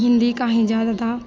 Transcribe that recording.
हिन्दी का ही ज़्यादा